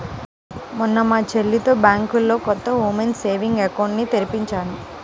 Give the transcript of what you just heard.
మొన్న మా చెల్లితో బ్యాంకులో కొత్త ఉమెన్స్ సేవింగ్స్ అకౌంట్ ని తెరిపించాను